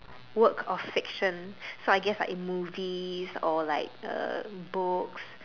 work of fiction so I guess like in movies or like uh books